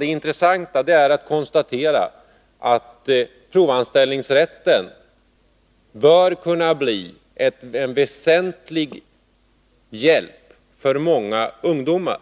Det intressanta är att konstatera att provanställnings rätten bör kunna bli en väsentlig hjälp för många ungdomar